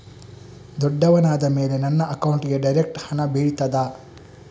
ದೊಡ್ಡವನಾದ ಮೇಲೆ ನನ್ನ ಅಕೌಂಟ್ಗೆ ಡೈರೆಕ್ಟ್ ಹಣ ಬೀಳ್ತದಾ?